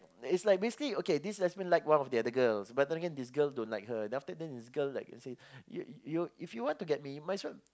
is like basically okay this lesbian like one of the other girls but then again this girl don't like her then after then this girl like you say you you if you to get me might as well